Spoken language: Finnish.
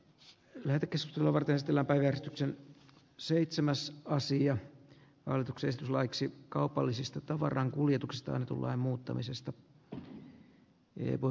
se merkishilova testillä paljastuksen seitsemäs aasian hallitukset laiksi kaupallisista tavarankuljetuksista annetun lain ennen kaikkea vaivaa